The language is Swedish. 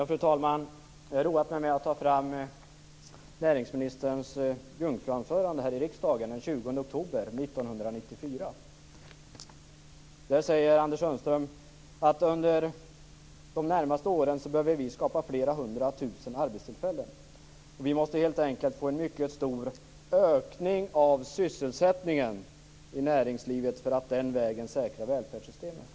Fru talman! Jag har roat mig med att ta fram näringsministerns jungfruanförande här i riksdagen den 20 oktober 1994. Där säger Anders Sundström att under de närmaste åren behöver vi skapa flera hundra tusen arbetstillfällen. Vi måste helt enkelt få en mycket stor ökning av sysselsättningen i näringslivet för att den vägen säkra välfärdssystemet.